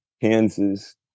Kansas